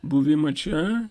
buvimą čia